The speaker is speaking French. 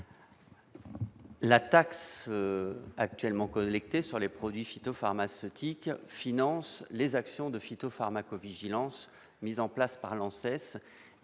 La taxe actuellement collectée sur les produits phytopharmaceutiques finance les actions de phytopharmacovigilance déployées par l'ANSES.